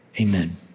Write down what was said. amen